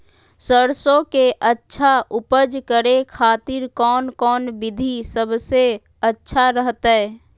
सरसों के अच्छा उपज करे खातिर कौन कौन विधि सबसे अच्छा रहतय?